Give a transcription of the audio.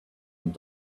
and